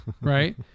right